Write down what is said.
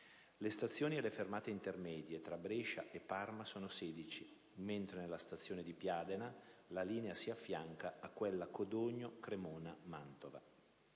Le stazioni e le fermate intermedie tra Brescia e Parma sono 16, mentre nella stazione di Piadena la linea si affianca a quella Codogno-Cremona-Mantova.